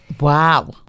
Wow